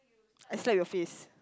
I slap your face